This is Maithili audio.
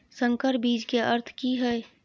संकर बीज के अर्थ की हैय?